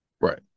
Right